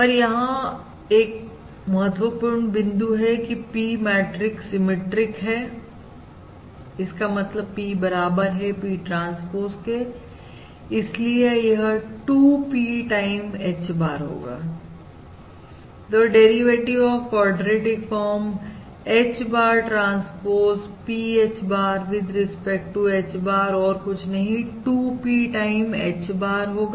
पर यहां पर एक बहुत महत्वपूर्ण बिंदु है की P मैट्रिक्स सिमिट्रिक है इसका मतलब P बराबर है P ट्रांसपोज के इसलिए यह 2 P टाइम H bar होगा तो derivative of quadratic form H bar transpose P H bar with respect to H bar और कुछ नहीं 2 P टाइम H bar होगा